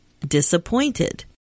Disappointed